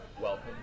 Welcome